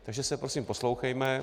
Takže se prosím poslouchejme.